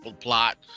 plot